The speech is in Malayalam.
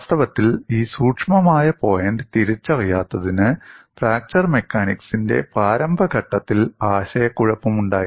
വാസ്തവത്തിൽ ഈ സൂക്ഷ്മമായ പോയിന്റ് തിരിച്ചറിയാത്തതിന് ഫ്രാക്ചർ മെക്കാനിക്സിന്റെ പ്രാരംഭ ഘട്ടത്തിൽ ആശയക്കുഴപ്പം ഉണ്ടായിരുന്നു